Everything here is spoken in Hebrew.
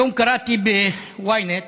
היום קראתי ב-ynet